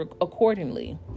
accordingly